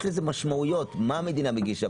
יש לזה משמעויות, מה המדינה מגישה.